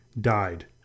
died